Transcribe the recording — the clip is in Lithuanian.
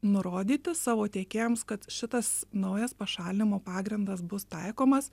nurodyti savo tiekėjams kad šitas naujas pašalinimo pagrindas bus taikomas